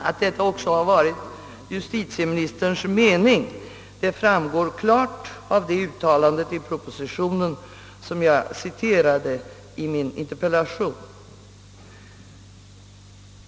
Att detta också har varit justitieministerns mening framgår klart av det uttalande i propositionen, vilket jag citerade i min interpellation.